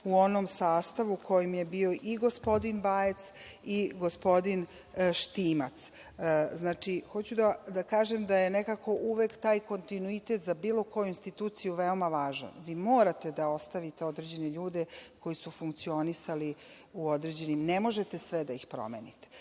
u onom sastavu u kojem je bio i gospodin Bajec i gospodin Štimac. Hoću da kažem da je nekako uvek taj kontinuitet za bilo koju instituciju veoma važan. Vi morate da ostavite određene ljude koji su funkcionisali u određenim, ne možete sve da ih promenite,